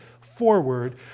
forward